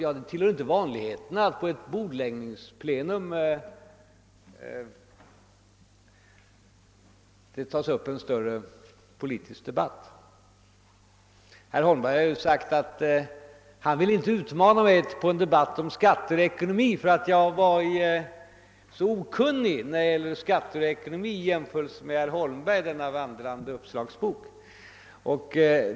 Ja, det tillhör ju inte vanligheterna att det tas upp en större politisk debatt vid ett bordläggningsplenum. Herr Holmberg har sagt att han inte vill utmana mig på debatt om skatteekonomi, ty jag är alldeles för okunnig i de frågorna jämfört med herr Holmberg själv, denna vandrande uppslagsbok.